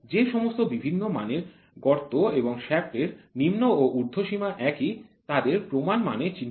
যে সমস্ত বিভিন্ন মানের গর্ত এবং শ্যাফ্ট এর নিম্ন ও উর্ধ্ব সীমা একই তাদেরকে প্রমাণ মানে চিহ্নিত করার জন্য GO gauge ব্যবহৃত হয়